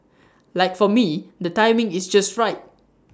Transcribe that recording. like for me the timing is just right